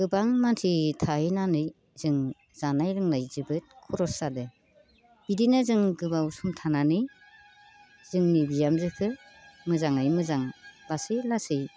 गोबां मानसि थाहैनानै जों जानाय लोंनाय जोबोद खरस जादो बिदिनो जों गोबाव सम थानानै जोंनि बिहामजोखो मोजाङै मोजां लासै लासै